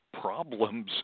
problems